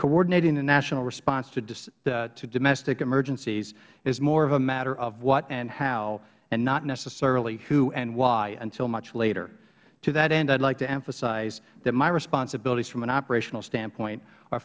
coordinating the national response to domestic emergencies is more of a matter of what and how and not necessarily who and why until much later to that end i would like to emphasize that my responsibilities from an operational standpoint